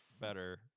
better